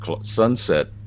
sunset